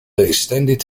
extended